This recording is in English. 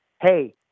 hey